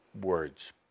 words